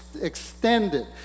extended